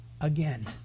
Again